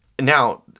Now